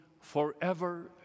forever